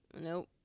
nope